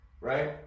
Right